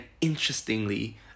interestingly